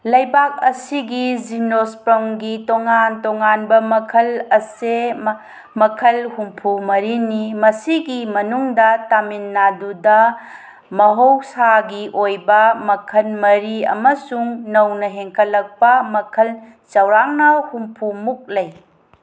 ꯂꯩꯕꯥꯛ ꯑꯁꯤꯒꯤ ꯖꯤꯅꯣꯁꯄꯥꯔꯝꯒꯤ ꯇꯣꯉꯥꯟ ꯇꯣꯉꯥꯟꯕ ꯃꯈꯜ ꯑꯁꯦ ꯃꯈꯜ ꯍꯨꯝꯐꯨ ꯃꯔꯤꯅꯤ ꯃꯁꯤꯒꯤ ꯃꯅꯨꯡꯗ ꯇꯥꯃꯤꯜꯅꯥꯗꯨꯗ ꯃꯍꯧꯁꯥꯒꯤ ꯑꯣꯏꯕ ꯃꯈꯜ ꯃꯔꯤ ꯑꯃꯁꯨꯡ ꯅꯧꯅ ꯍꯦꯟꯒꯠꯂꯛꯄ ꯃꯈꯜ ꯆꯥꯎꯔꯥꯛꯅ ꯍꯨꯝꯐꯨꯃꯨꯛ ꯂꯩ